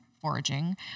foraging